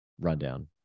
rundown